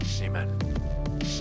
Amen